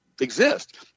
exist